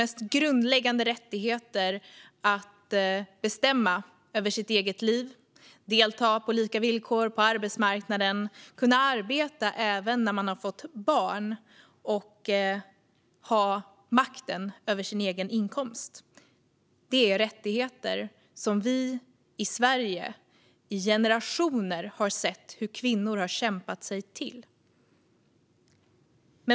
Det handlar om grundläggande rättigheter som att bestämma över sitt eget liv, att kunna delta på lika villkor på arbetsmarknaden, att kunna arbeta även när man har fått barn och att ha makten över sin egen inkomst. Det är rättigheter som generationer av kvinnor i Sverige har kämpat sig till.